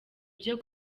byo